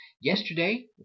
yesterday